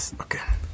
Okay